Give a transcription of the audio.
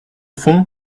fond